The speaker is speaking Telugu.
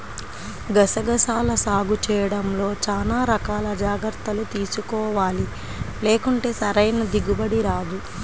గసగసాల సాగు చేయడంలో చానా రకాల జాగర్తలు తీసుకోవాలి, లేకుంటే సరైన దిగుబడి రాదు